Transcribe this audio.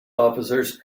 officers